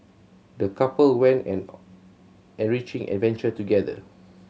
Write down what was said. the couple went an enriching adventure together